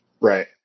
Right